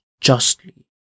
justly